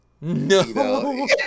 No